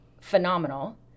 phenomenal